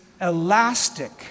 elastic